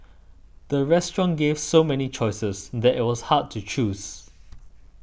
the restaurant gave so many choices that it was hard to choose